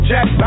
Jack